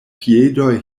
piedoj